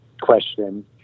question